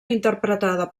interpretada